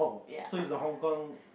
so it's a Hong Kong